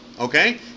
Okay